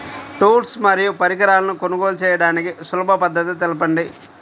Tools మరియు పరికరాలను కొనుగోలు చేయడానికి సులభ పద్దతి తెలపండి?